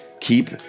Keep